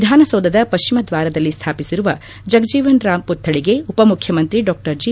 ವಿಧಾನಸೌಧದ ಪಶ್ಚಿಮ ದ್ವಾರದಲ್ಲಿ ಸ್ಥಾಪಿಸಿರುವ ಜಗಜೀವನ್ ರಾಮ್ ಪುತ್ತಳಿಗೆ ಉಪಮುಖ್ಯಮಂತ್ರಿ ಡಾ ಜಿ